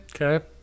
okay